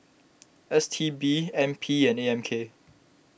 S T B N P and A M K